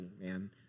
man